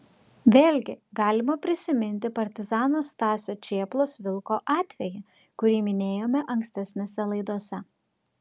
vėlgi galima prisiminti partizano stasio čėplos vilko atvejį kurį minėjome ankstesnėse laidose